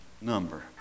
number